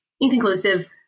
inconclusive